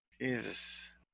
Jesus